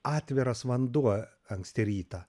atviras vanduo anksti rytą